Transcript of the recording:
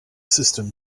system